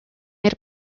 made